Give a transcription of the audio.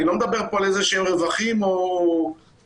אני לא מדבר פה על איזשהם רווחים או כספים